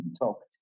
talked